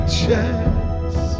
chance